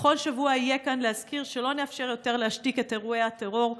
בכל שבוע אהיה כאן כדי להזכיר שלא נאפשר יותר להשתיק את אירועי הטרור,